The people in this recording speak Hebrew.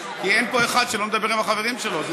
כי אין פה אחד שלא מדבר עם החברים שלו.